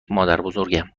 مادربزرگم